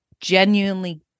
genuinely